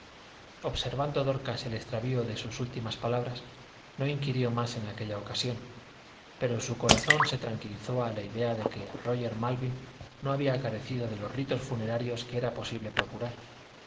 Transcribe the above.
observando dorcas el extravío de sus últimas palabras no inquirió más en aquella ocasión pero su corazón se tranquilizó a la idea de que róger malvin no había carecido de los ritos funerarios que era posible procurar